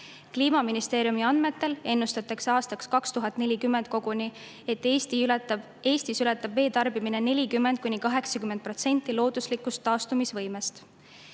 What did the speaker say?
Kliimaministeeriumi andmetel ennustatakse aastaks 2040 koguni, et Eestis ületab vee tarbimine 40–80% looduslikust taastumisvõimest.